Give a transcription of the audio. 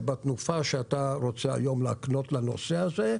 שבתנופה שאתה רוצה להקנות לנושא הזה,